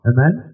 Amen